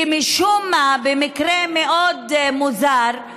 כי משום מה, במקרה מאוד מוזר,